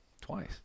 Twice